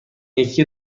یکی